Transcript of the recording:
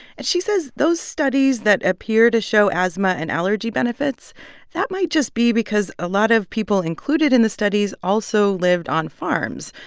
and she says those studies that appear to show asthma and allergy benefits that might just be because a lot of people included in the studies also lived on farms.